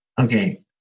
okay